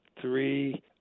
three